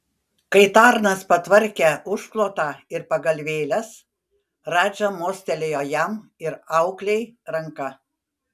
kai tarnas patvarkė užklotą ir pagalvėles radža mostelėjo jam ir auklei ranka